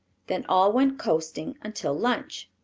then all went coasting until lunch.